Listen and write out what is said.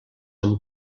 amb